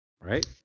right